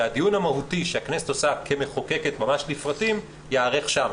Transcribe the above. והדיון המהותי שהכנסת עושה כמחוקקת ממש לפרטים ייערך שם.